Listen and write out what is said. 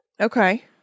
Okay